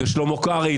זה שלמה קרעי,